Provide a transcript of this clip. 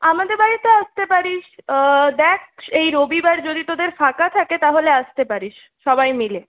আমাদের বাড়িতে আসতে পারিস দেখ এই রবিবার যদি তোদের ফাঁকা থাকে তাহলে আসতে পারিস সবাই মিলে